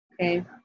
Okay